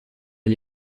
gli